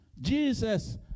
Jesus